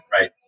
right